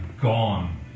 gone